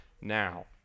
now